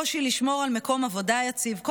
קושי לשמור על מקום עבודה יציב,